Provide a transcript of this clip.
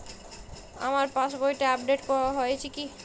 আমার পাশবইটা আপডেট হয়েছে কি?